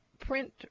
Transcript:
print